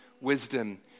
wisdom